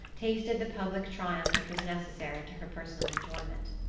tasted the public triumph which was necessary to her personal enjoyment.